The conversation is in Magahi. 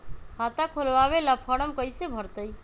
खाता खोलबाबे ला फरम कैसे भरतई?